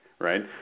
right